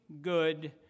good